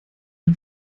ein